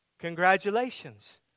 Congratulations